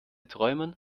träumen